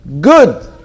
good